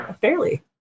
fairly